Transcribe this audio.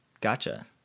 Gotcha